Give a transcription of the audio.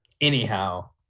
anyhow